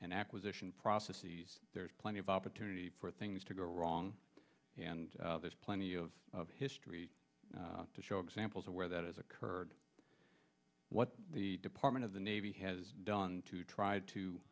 and acquisition processes there's plenty of opportunity for things to go wrong and there's plenty of history to show examples of where that has occurred what the department of the navy has done to try to